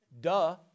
duh